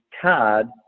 card